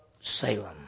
Salem